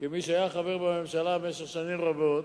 כמי שהיה חבר בממשלה במשך שנים רבות,